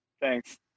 thanks